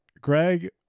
Greg